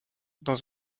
dans